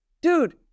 dude